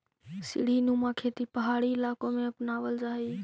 सीढ़ीनुमा खेती पहाड़ी इलाकों में अपनावल जा हई